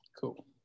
Cool